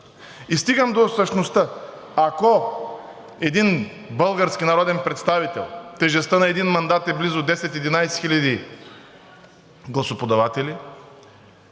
И стигам до същността, ако един български народен представител, тежестта на един мандат е близо 10 – 11 хиляди гласоподаватели,